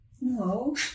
No